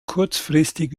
kurzfristig